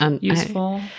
useful